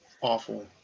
Awful